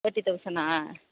thirty தௌசண்ட்னா